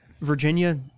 Virginia